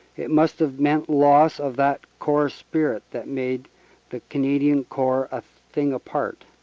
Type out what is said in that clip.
it must have meant loss of that corps spirit that made the canadian corps a thing apart.